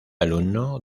alumno